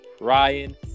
Ryan